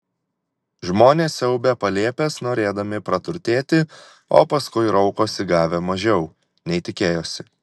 žmonės siaubia palėpes norėdami praturtėti o paskui raukosi gavę mažiau nei tikėjosi